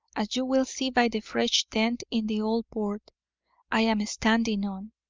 as you will see by the fresh dent in the old board i am standing on.